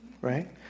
right